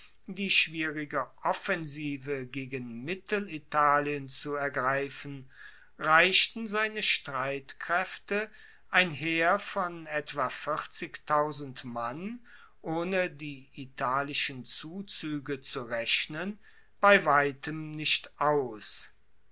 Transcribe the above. die schwierige offensive gegen mittelitalien zu ergreifen reichten seine streitkraefte ein heer von etwa mann ohne die italischen zuzuege zu rechnen bei weitem nicht aus